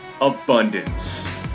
abundance